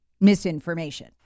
misinformation